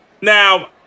Now